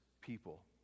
people